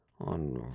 on